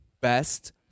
best